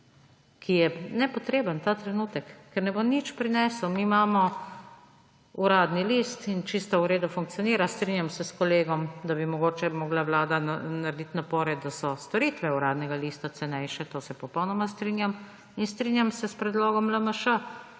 ki je nepotreben ta trenutek, ker ne bo nič prinesel. Mi imamo Uradni list in čisto v redu funkcionira. Strinjam se s kolegom, da bi mogoče morala Vlada narediti napore, da so storitve Uradnega lista cenejše, s tem se popolnoma strinjam. In strinjam se s predlogom LMŠ,